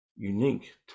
Unique